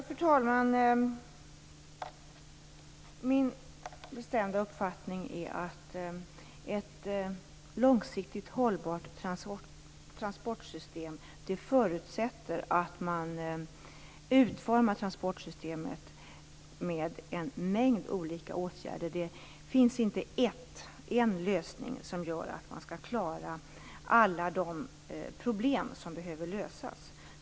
Fru talman! Min bestämda uppfattning är att ett långsiktigt hållbart transportsystem förutsätter att man utformar transportsystemet med en mängd olika åtgärder. Det finns inte en lösning på alla de problem som behöver lösas.